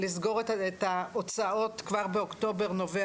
לסגור את ההוצאות כבר באוקטובר נובע